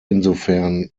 insofern